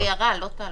שיירה, לא תהלוכה.